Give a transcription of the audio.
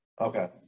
Okay